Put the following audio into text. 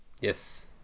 Yes